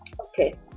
Okay